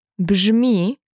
brzmi